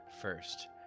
first